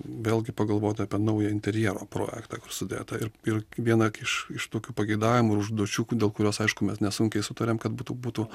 vėlgi pagalvoti apie naują interjero projektą kur sudėta ir viena iš tokių pageidavimų ir užduočių dėl kurios aišku mes nesunkiai sutarėm kad būtų būtų